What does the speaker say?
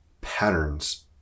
patterns